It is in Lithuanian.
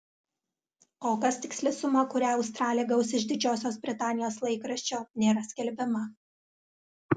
kol kas tiksli suma kurią australė gaus iš didžiosios britanijos laikraščio nėra skelbiama